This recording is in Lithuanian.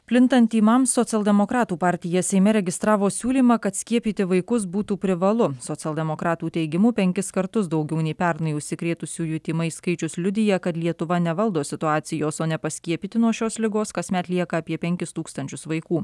plintant tymams socialdemokratų partija seime registravo siūlymą kad skiepyti vaikus būtų privalu socialdemokratų teigimu penkis kartus daugiau nei pernai užsikrėtusiųjų tymais skaičius liudija kad lietuva nevaldo situacijos o nepaskiepyti nuo šios ligos kasmet lieka apie penkis tūkstančius vaikų